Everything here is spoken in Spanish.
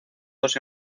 dos